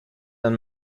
and